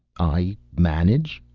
i manage?